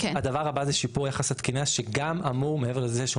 הדבר הבא זה שיפור יחס התקינה שגם אמור מעבר לזה שהוא